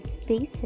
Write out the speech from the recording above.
spaces